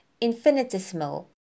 infinitesimal